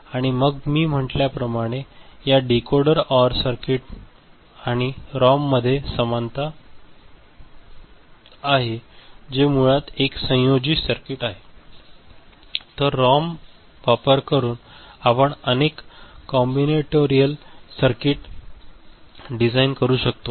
आणि मग मी म्हटल्याप्रमाणे या डीकोडर ओर सर्किट आणि रॉममध्ये समानता आहे जे मूळात एक संयोजी सर्किट आहे तर रॉम वापर करून आपण अनेक कॉमबिनेटोरियल सर्किट डिझाइन करू शकतो